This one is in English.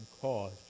cause